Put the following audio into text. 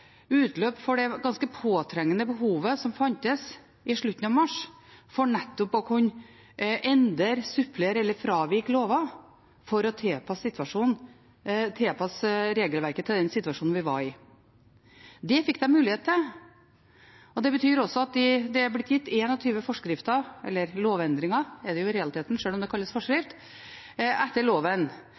utløp for det ganske påtrengende behovet som fantes i slutten av mars, for nettopp å kunne endre, supplere eller fravike lover for å tilpasse regelverket den situasjonen vi var i. Det fikk de mulighet til. Det betyr også at det er blitt gitt 21 forskrifter – eller lovendringer, som det i realiteten er, sjøl om det kalles forskrifter – etter loven.